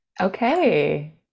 Okay